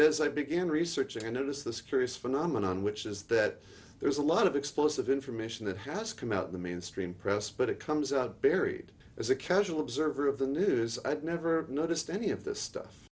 this i began researching and it is this curious phenomenon which is that there's a lot of explosive information that has come out of the mainstream press but it comes out buried as a casual observer of the news i've never noticed any of this stuff